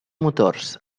motors